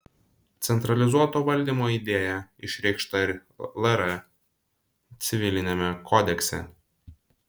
centralizuoto valdymo idėja išreikšta ir lr civiliniame kodekse